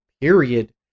period